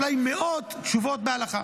אולי מאות תשובות בהלכה,